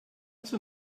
zur